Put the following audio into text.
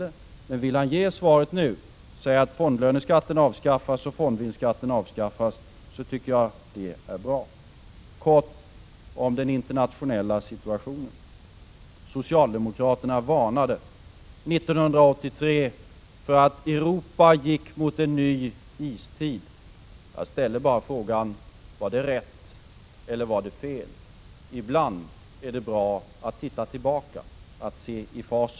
Det vore bra om han ville ge det svaret nu och säga att fondlöneskatten och fondvinstskatten kommer att avskaffas. Helt kort om den internationella situationen. Socialdemokraterna varnade år 1983 för att Europa gick mot en ny istid. Jag ställer bara frågan: Var det rätt eller fel? Ibland är det bra att titta tillbaka, att se i facit.